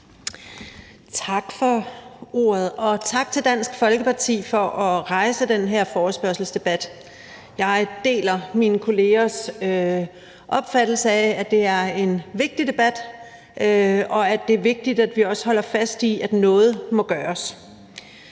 Tak for ordet, og tak til Dansk Folkeparti for at rejse den her forespørgselsdebat. Jeg deler mine kollegers opfattelse af, at det er en vigtig debat, og at det er vigtigt, at vi også holder fast i, at noget må gøres.